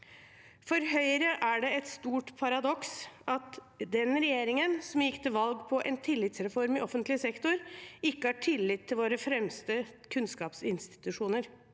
For Høyre er det et stort paradoks at den regjeringen som gikk til valg på en tillitsreform i offentlig sektor, ikke har tillit til våre fremste kunnskapsinstitusjoner.